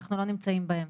אנחנו לא נמצאים בהם?